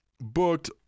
booked